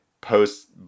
post